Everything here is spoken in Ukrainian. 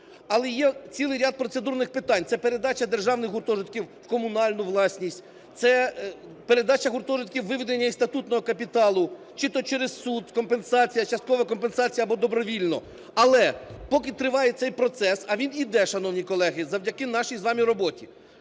але є цілий ряд процедурних питань – це передача державних гуртожитків в комунальну власність, це передача гуртожитків, виведення із статутного капіталу чи то через суд компенсація, часткова компенсація або добровільно. Але поки триває цей процес, а він іде, шановні колеги, завдяки нашій з вами роботі,